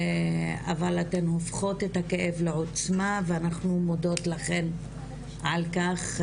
אבל אתן הופכות את הכאב לעוצמה ואנחנו מודות לכן על כך.